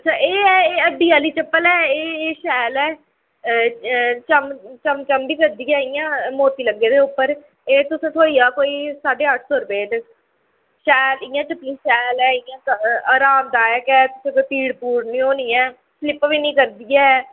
अच्छा एह् ऐ एह् अड्डी आह्ली चप्पल ऐ एह् एह् शैल ऐ चम चम चम बी करदी ऐ इ'यां मोती लग्गे दे उप्पर एह् तुसें ई थ्होई जाह्ग कोई साड्ढे अट्ठ सौ रपेऽ च शैल इ'यां चप्पल शैल ऐ इ'यां अरामदायक ऐ कुतै पीड़ पूड़ निं होनी ऐ स्लिप बी निं करदी ऐ